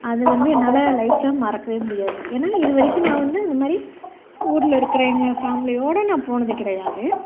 அது வந்து என்னால் லைஃபில் மறக்கவே முடியாது ஏன்னா இது வரைக்கும் நான் வந்து இதுமாதிரி ஊரில் இருக்குறவைங்க ஃபேமிலியோட நான் போனது கிடையாது